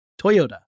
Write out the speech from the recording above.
Toyota